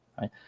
right